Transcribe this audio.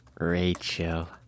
Rachel